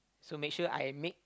so make sure I make